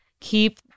keep